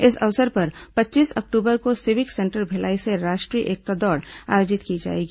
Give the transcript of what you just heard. इस अवसर पर पच्चीस अक्टूबर को सिविक सेंटर भिलाई से राष्ट्रीय एकता दौड़ आयोजित की जाएगी